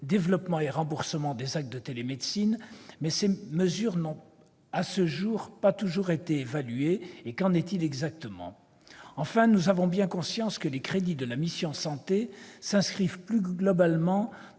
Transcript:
développement et remboursement des actes de télémédecine -, mais ces mesures n'ont pas toutes été évaluées à ce jour. Qu'en est-il exactement ? Enfin, nous avons bien conscience que les crédits de la mission « Santé » s'inscrivent, plus globalement,